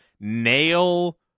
nail